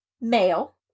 male